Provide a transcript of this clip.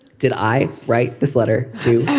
did i write this letter to